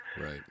Right